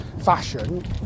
fashion